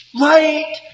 Right